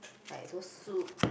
like those soup